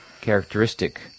characteristic